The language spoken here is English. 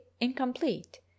incomplete